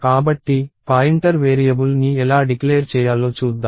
కాబట్టి పాయింటర్ వేరియబుల్ని ఎలా డిక్లేర్ చేయాలో చూద్దాం